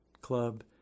club